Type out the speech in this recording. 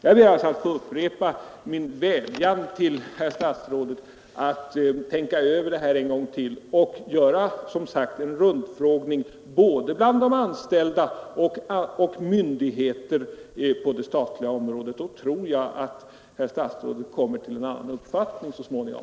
Jag ber att få upprepa min vädjan till statsrådet att tänka över det här en gång till och, som sagt, göra en rundfråga både bland anställda och myndigheter på det statliga området. Då tror jag att herr statsrådet kommer till en annan uppfattning så småningom.